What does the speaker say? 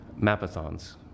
mapathons